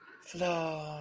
Floor